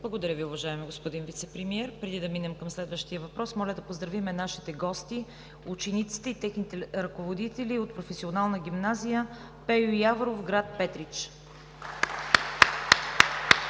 Благодаря Ви, уважаеми господин Вицепремиер. Преди да минем към следващия въпрос, моля да поздравим нашите гости – учениците и техните ръководители от Професионална гимназия „Пейо Яворов“ град Петрич.